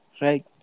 right